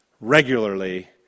regularly